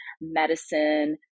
medicine